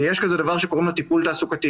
ויש כזה דבר שקוראים לו טיפול תעסוקתי,